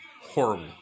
horrible